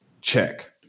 check